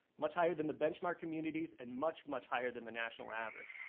much higher than the benchmark communities and much much higher than the national average.